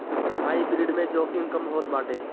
hybrid में जोखिम कम होत बाटे